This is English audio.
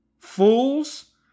fools